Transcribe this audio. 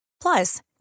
Plus